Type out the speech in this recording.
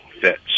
fits